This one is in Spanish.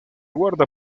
guarda